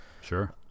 Sure